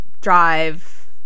drive